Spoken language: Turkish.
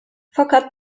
fakat